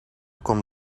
kon